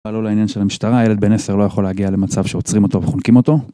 לא לעניין של המשטרה, הילד בן 10 לא יכול להגיע למצב שעוצרים אותו וחונקים אותו